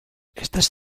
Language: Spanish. estás